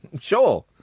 sure